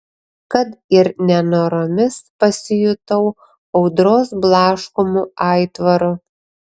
kad ir nenoromis pasijutau audros blaškomu aitvaru